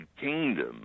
Kingdom